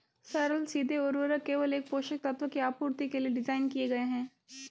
सरल सीधे उर्वरक केवल एक पोषक तत्व की आपूर्ति के लिए डिज़ाइन किए गए है